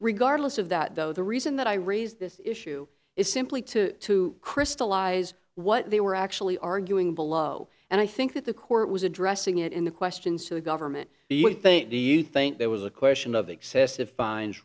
regardless of that though the reason that i raised this issue is simply to to crystallize what they were actually arguing below and i think that the court was addressing it in the questions to the government do you think do you think there was a question of excessive fines